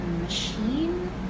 machine